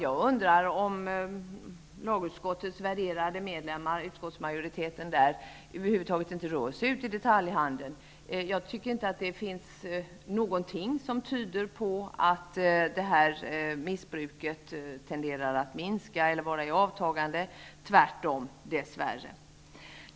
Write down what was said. Jag undrar om lagutskottets värderade medlemmar och utskottsmajoriteten över huvud taget rör sig ute i detaljhandeln. Jag tycker inte att det finns någonting som tyder på att missbruket tenderar att minska eller vara i avtagande -- tvärtom, dess värre.